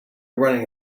running